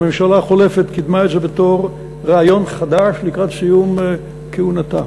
הממשלה החולפת קידמה את זה בתור רעיון חדש לקראת סיום כהונתה.